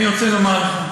אני רוצה לומר לך,